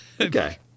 Okay